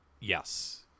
Yes